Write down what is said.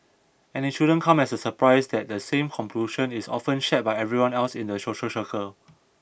and it shouldn't come as a surprise that the same conclusion is often shared by everyone else in their social circle